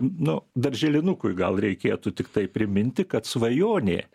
nu darželinukui gal reikėtų tiktai priminti kad svajonė